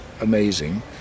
amazing